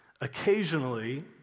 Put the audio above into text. occasionally